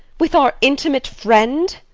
with our intimate friend?